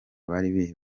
bari